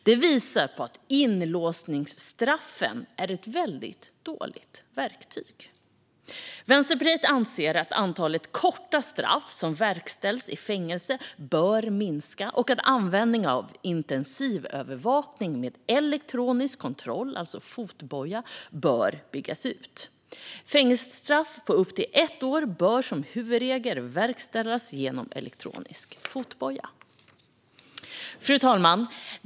Detta visar på att inlåsningsstraffet är ett väldigt dåligt verktyg. Vänsterpartiet anser att antalet korta straff som verkställs i fängelse bör minska och att användningen av intensivövervakning med elektronisk kontroll, alltså fotboja, bör byggas ut. Fängelsestraff på upp till ett år bör som huvudregel verkställas genom elektronisk fotboja. Fru talman!